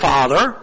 Father